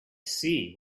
see